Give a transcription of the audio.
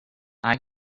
eye